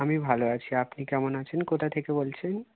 আমি ভালো আছি আপনি কেমন আছেন কোথা থেকে বলছেন